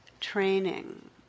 training